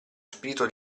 spirito